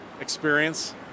experience